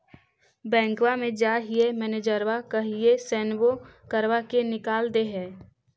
बैंकवा मे जाहिऐ मैनेजरवा कहहिऐ सैनवो करवा के निकाल देहै?